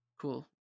cool